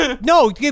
No